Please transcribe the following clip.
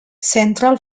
central